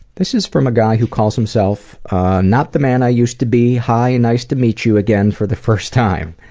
this is from a guy who calls himself not the man i used to be. hi, nice to meet you again for the first time.